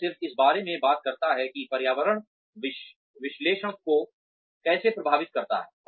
यह सिर्फ इस बारे में बात करता है कि पर्यावरण विश्लेषण को कैसे प्रभावित करता है